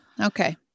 Okay